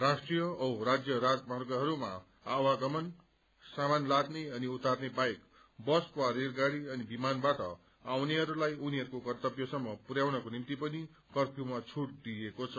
राष्ट्रीय औ राज्य राजमार्गहरूमा आवागम सामान लादने अनि उतानें बाहेक बस वा रेलगाड़ी अनि विमानबाट आउनेहस्लाई उनीहरूको गन्तव्यसम्म पुरायाउनको निम्ति पनि कम्यूमा फूट दिइएको छ